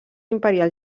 imperial